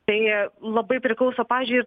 tai labai priklauso pavyzdžiui